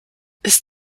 ist